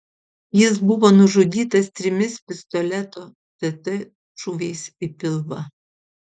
jis buvo nužudytas trimis pistoleto tt šūviais į pilvą